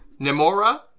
Nemora